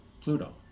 Pluto